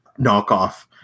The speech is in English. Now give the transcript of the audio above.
knockoff